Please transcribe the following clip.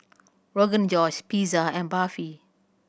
Rogan Josh Pizza and Barfi